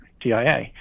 DIA